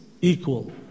equal